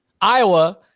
Iowa